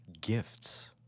gifts